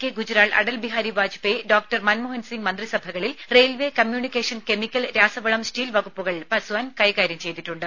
K Gujral Atal Bihari Vajpayee doctor Manmohan Singh മന്ത്രിസഭകളിൽ railway communication chemical രാസവളം steel വകുപ്പുകൾ പസ്വാൻ കൈകാര്യം ചെയ്തിട്ടുണ്ട്